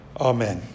Amen